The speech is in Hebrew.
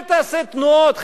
אל תעשה תנועות,